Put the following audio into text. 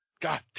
God